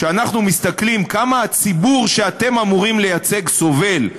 כשאנחנו מסתכלים כמה הציבור שאתם אמורים לייצג סובל,